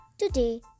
Today